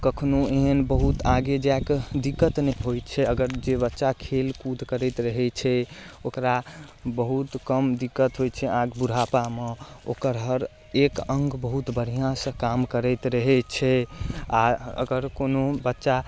कखनो एहन बहुत आगे जाकऽ दिक्कत नहि होइ छै अगर जे बच्चा खेलकूद करैत रहै छै ओकरा बहुत कम दिक्कत होइ छै अहाँके बूढ़ापामे ओकर हर एक अङ्ग बहुत बढ़िआँसँ काम करैत रहै छै आओर अगर कोनो बच्चा